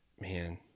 man